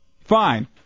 fine